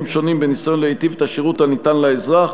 שונים בניסיון להיטיב את השירות הניתן לאזרח,